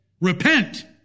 Repent